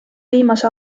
viimase